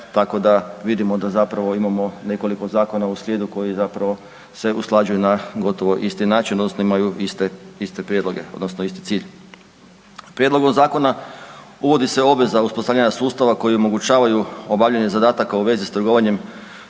tako da vidimo da zapravo imamo nekoliko zakona u srijedu koji zapravo se usklađuju na gotovo isti način, odnosno imaju iste prijedloge, odnosno isti cilj. S prijedlogom zakona uvodi se obveza uspostavljanja sustava koji omogućavaju obavljanje zadataka u vezi s trgovanjem